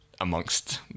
amongst